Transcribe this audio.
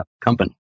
company